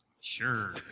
Sure